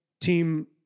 team